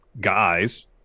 guys